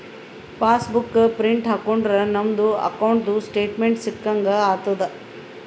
pass book print ಹಾಕೊಂಡುರ್ ನಮ್ದು ಅಕೌಂಟ್ದು ಸ್ಟೇಟ್ಮೆಂಟ್ ಸಿಕ್ಕಂಗ್ ಆತುದ್